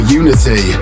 unity